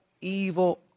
evil